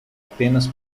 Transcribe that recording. apenas